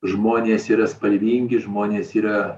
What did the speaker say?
žmonės yra spalvingi žmonės yra